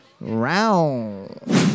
round